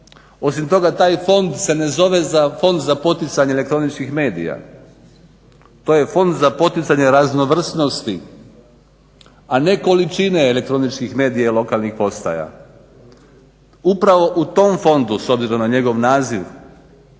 Osim toga taj fond se ne zove Fond za poticanje elektroničkih medija, to je Fond za poticanje raznovrsnosti a ne količine elektroničkih medija i lokalnih postaja. Upravo u tom fondu s obzirom na njegov naziv